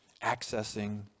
accessing